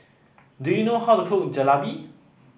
do you know how to cook Jalebi